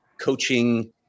coaching